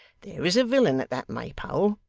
there is a villain at that maypole,